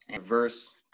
Verse